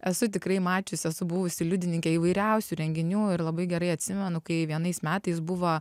esu tikrai mačius esu buvusi liudininkė įvairiausių renginių ir labai gerai atsimenu kai vienais metais buvo